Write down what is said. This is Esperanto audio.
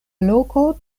loko